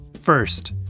First